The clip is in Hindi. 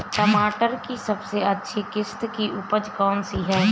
टमाटर की सबसे अच्छी किश्त की उपज कौन सी है?